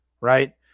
right